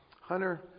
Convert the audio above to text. Hunter